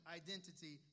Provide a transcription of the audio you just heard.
identity